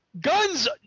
Guns